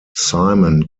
simon